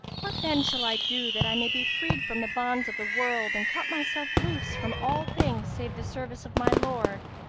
what then shall i do that i may be freed from the bonds of the world and cut myself loose from all things save the service of my lord?